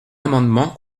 amendement